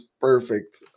perfect